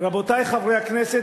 רבותי חברי הכנסת,